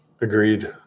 agreed